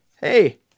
hey